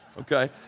okay